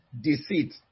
deceit